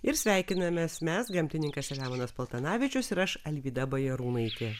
ir sveikinamės mes gamtininkas selemonas paltanavičius ir aš alvyda bajarūnaitė